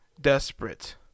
desperate